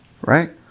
right